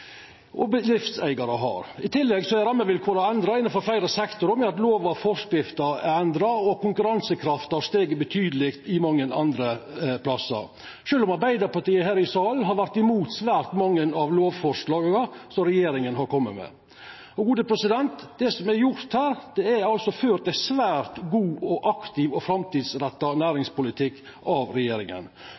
og bedriftseigarar har. I tillegg er rammevilkåra endra innanfor fleire sektorar ved at lovar og forskrifter er endra. Konkurransekrafta har stige betydeleg mange andre stader – sjølv om Arbeidarpartiet her i salen har vore imot svært mange av lovforslaga som regjeringa har kome med. Det som er gjort her, er at det er ført ein svært god, aktiv og framtidsretta næringspolitikk av regjeringa.